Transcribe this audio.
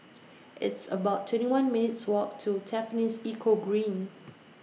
It's about twenty one minutes' Walk to Tampines Eco Green